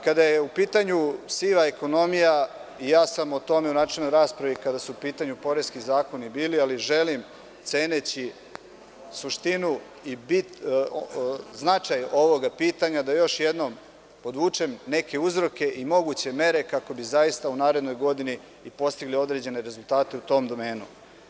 Kada je u pitanju siva ekonomija, ja sam o tome u načelnoj raspravi, kada su u pitanju poreski zakoni bili, ali želim, ceneći suštinu i bit, značaj ovog pitanja, da još jednom podvučem neke uzroke i moguće mere kako bi zaista u narednoj godini postigli određene rezultate u tom domenu.